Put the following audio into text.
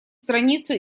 страницу